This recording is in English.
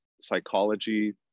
psychology